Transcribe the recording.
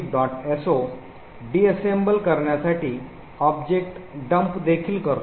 so disassemble करण्यासाठी object dump देखील करतो